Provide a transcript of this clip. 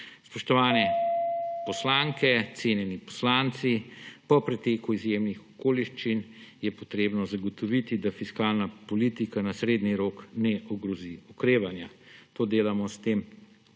Spoštovane poslanke, cenjeni poslanci, po preteku izjemnih okoliščin je potrebno zagotoviti, da fiskalna politika na srednji rok ne ogrozi okrevanja. To delamo s tem